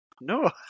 no